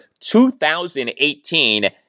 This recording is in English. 2018